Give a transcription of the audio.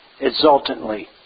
exultantly